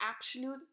absolute